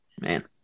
Man